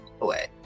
away